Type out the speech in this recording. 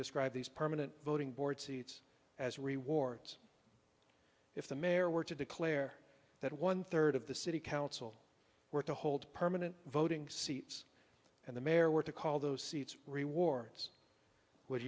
describe these permanent voting board seats as rewards if the mayor were to declare that one third of the city council were to hold permanent voting seats and the mayor were to call those seats rewards w